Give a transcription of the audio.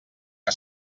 que